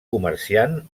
comerciant